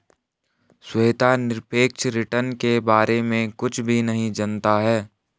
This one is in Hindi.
श्वेता निरपेक्ष रिटर्न के बारे में कुछ भी नहीं जनता है